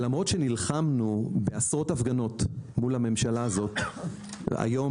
למרות שנלחמנו בעשרות הפגנות מול הממשלה הזאת היום